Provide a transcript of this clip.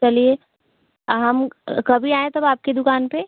चलिए हम कभी आएँ तब आपकी दुकान पर